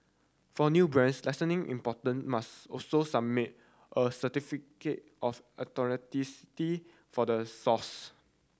for new brands important must also submit a certificate of authenticity for the source